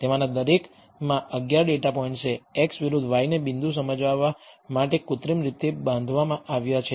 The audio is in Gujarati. તેમાંના દરેકમાં 11 ડેટા પોઇન્ટ્સ છે x વિરુદ્ધ y ને બિંદુ સમજાવવા માટે કૃત્રિમ રીતે બાંધવામાં આવ્યા છે